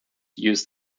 use